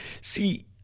see